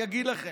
אני אגיד לכם.